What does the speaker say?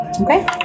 Okay